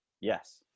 Yes